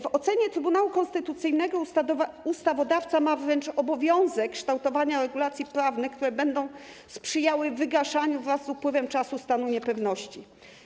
W ocenie Trybunału Konstytucyjnego ustawodawca ma wręcz obowiązek kształtowania regulacji prawnych, które będą sprzyjały wygaszaniu wraz z upływem czasu stanu niepewności.